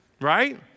Right